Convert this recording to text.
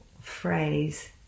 phrase